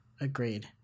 agreed